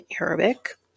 Arabic